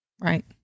Right